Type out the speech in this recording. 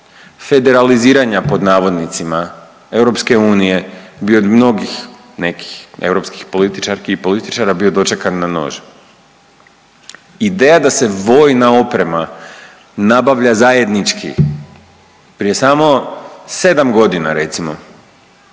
federaliziranja pod navodnicima EU bi od mnogih nekih europskih političarki i političara bio dočekan na nož. Ideja da se vojna oprema nabavlja zajednički prije samo 7.g. recimo